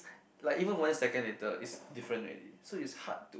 like even one second later is different already so it's hard to